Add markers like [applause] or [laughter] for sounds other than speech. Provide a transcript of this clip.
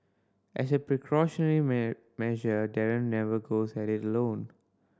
as a precautionary [unintelligible] measure Darren never goes at it alone